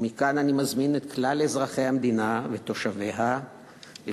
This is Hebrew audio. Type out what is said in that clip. ומכאן אני מזמין את כלל אזרחי המדינה ותושביה לפנות